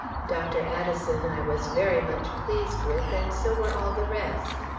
dr. addison i was very much pleased with, and so were all the rest.